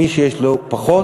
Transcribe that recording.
מי שיש לו פחות,